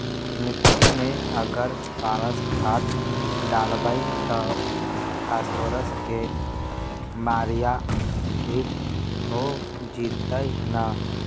मिट्टी में अगर पारस खाद डालबै त फास्फोरस के माऋआ ठिक हो जितै न?